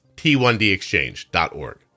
T1DExchange.org